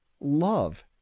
love